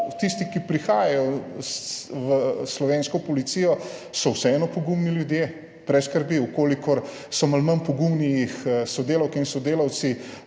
tisti, ki prihajajo v slovensko policijo, so vseeno pogumni ljudje, brez skrbi. Če so malo manj pogumni, jih sodelavke in sodelavci